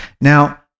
Now